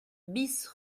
bis